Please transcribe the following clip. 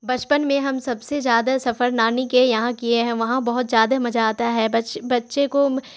بچپن میں ہم سب سے زیادہ سفر نانی کے یہاں کیے ہیں وہاں بہت زیادہ مزہ آتا ہے بچ بچے کو